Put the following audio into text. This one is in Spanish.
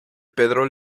pedro